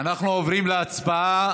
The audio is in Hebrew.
אנחנו עוברים להצבעה.